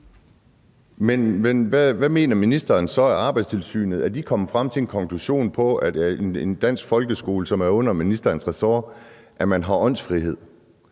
(NB): Mener ministeren så, at Arbejdstilsynet er kommet frem til en konklusion om, at man i en dansk folkeskole, som er under ministerens ressort, har åndsfrihed?